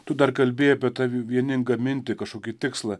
tu dar kalbėjai apie tą vieningą mintį kažkokį tikslą